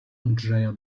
andrzeja